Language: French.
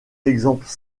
exemple